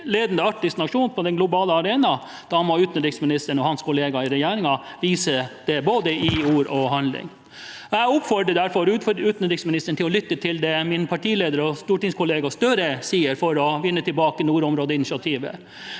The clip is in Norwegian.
ledende arktisk nasjon på den globale arenaen, da må utenriksministeren og hans kollegaer i regjeringen vise det både i ord og i handling. Jeg oppfordrer derfor utenriksministeren til å lytte til det min partileder og stortingskollega Gahr Støre sier, for å vinne tilbake nordområdeinitiativet.